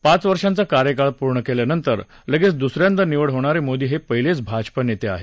पाच वर्षांचा कार्यकाळ पूर्ण केल्यानंतर लगेच दुस यांदा निवड होणारे मोदी हे पहिलेच भाजपा नेते आहेत